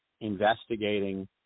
investigating